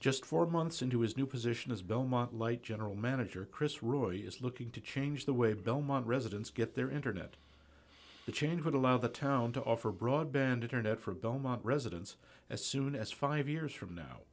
just four months into his new position as belmont light general manager chris roy is looking to change the way belmont residents get their internet changed would allow the town to offer broadband internet for belmont residents as soon as five years from now